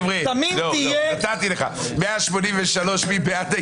נצביע על הסתייגות 184. מי בעד?